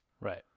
Right